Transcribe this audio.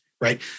right